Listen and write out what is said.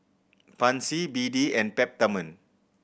Pansy B D and Peptamen